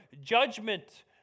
judgment